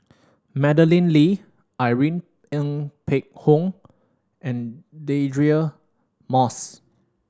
Madeleine Lee Irene Ng Phek Hoong and Deirdre Moss